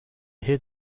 hid